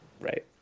Right